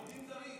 עובדים זרים,